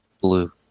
blue